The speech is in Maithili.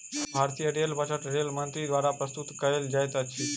भारतीय रेल बजट रेल मंत्री द्वारा प्रस्तुत कयल जाइत अछि